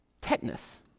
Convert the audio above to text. tetanus